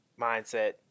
mindset